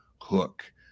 Hook